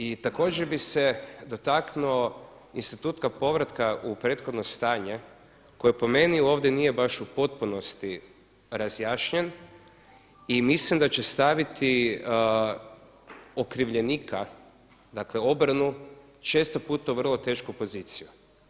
I također bi se dotaknuo instituta povratka u prethodno stanje koje po meni nije ovdje baš u potpunosti razjašnjen i mislim da će staviti okrivljenika, dakle obranu često puta u vrlo tešku poziciju.